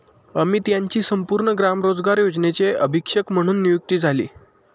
अमित यांची संपूर्ण ग्राम रोजगार योजनेचे अधीक्षक म्हणून नियुक्ती झाली